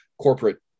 corporate